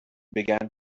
began